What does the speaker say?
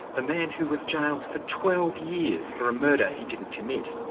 a man who was jailed for twelve years for a murder he didn't commit.